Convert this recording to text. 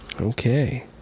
Okay